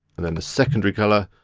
and then the secondary colour.